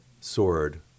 sword